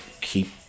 keep